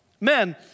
Men